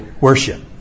worship